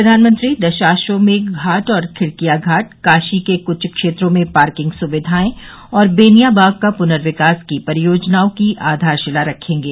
प्रधानमंत्री दशाश्वमेघ घाट और खिड़किया घाट काशी के कुछ क्षेत्रों में पार्किंग सुविधाएं और बेनिया बाग का पुनर्विकास की परियोजनाओं की आधाशिला रखेंगे